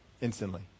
Instantly